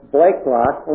Blakelock